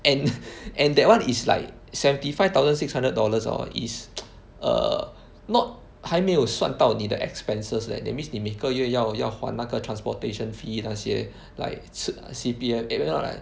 and and that one is like seventy five thousand six hundred dollars or is err not 还没有算到你的 expenses leh that means 你每个月要要还那个 transportation fee 那些 like 吃 uh C_P_F then 又要 like